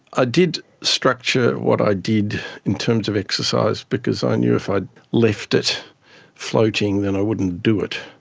i did structure what i did in terms of exercise because i knew if i left it floating then i wouldn't do it.